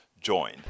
join